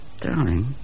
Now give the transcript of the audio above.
darling